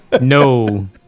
no